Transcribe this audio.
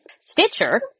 Stitcher